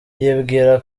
yibwira